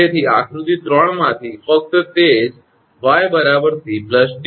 તેથી આકૃતિ 3 માંથી ફક્ત તે જ 𝑦 𝑐 𝑑